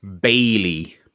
Bailey